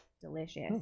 Delicious